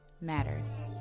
matters